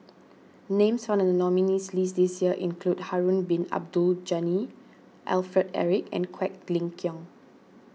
names found in the nominees' list this year include Harun Bin Abdul Ghani Alfred Eric and Quek Ling Kiong